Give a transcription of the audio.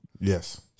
Yes